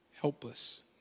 Helpless